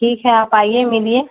ٹھیک ہے آپ آئیے ملیے